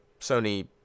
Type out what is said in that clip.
Sony